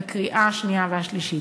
בקריאה השנייה והשלישית.